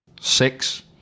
Six